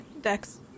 Dex